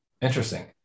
Interesting